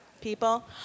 people